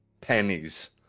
pennies